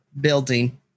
building